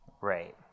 right